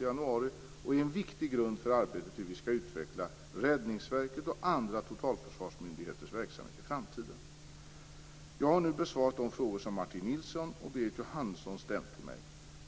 januari, och är en viktig grund för arbetet med hur vi skall utveckla Räddningsverkets och andra totalförsvarsmyndigheters verksamhet i framtiden. Jag har nu besvarat de frågor Martin Nilsson och Berit Jóhannesson ställt till mig.